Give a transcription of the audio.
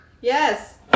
yes